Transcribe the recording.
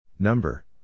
Number